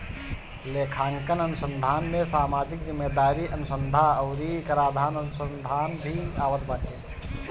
लेखांकन अनुसंधान में सामाजिक जिम्मेदारी अनुसन्धा अउरी कराधान अनुसंधान भी आवत बाटे